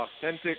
authentic